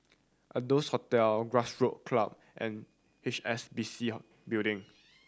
Adonis Hotel Grassroot Club and H S B C Building